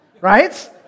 Right